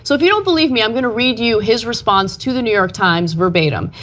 so if you don't believe me i'm going to review his response to the new york times verbatim.